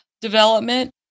development